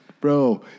Bro